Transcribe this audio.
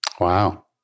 Wow